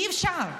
אי-אפשר.